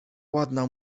ładna